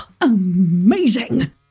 amazing